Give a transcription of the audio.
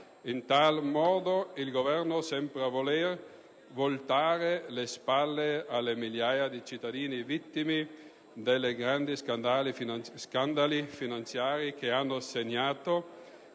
In tal modo il Governo sembra voler voltare le spalle alle migliaia di cittadini vittime dei grandi scandali finanziari che hanno segnato